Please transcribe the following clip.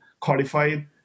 codified